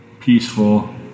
peaceful